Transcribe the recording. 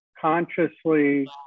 consciously